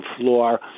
floor